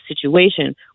situation